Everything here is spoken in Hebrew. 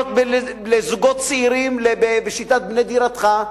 דירות לזוגות צעירים בשיטת "בנה דירתך",